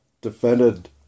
defended